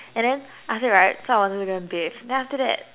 and then after that right so I wanted to go and bath then after that